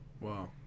Wow